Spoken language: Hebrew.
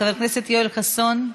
חבר הכנסת יואל חסון,